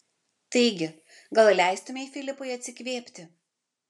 taigi gal leistumei filipui atsikvėpti